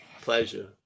pleasure